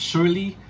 Surely